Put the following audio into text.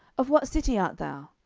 of what city art thou?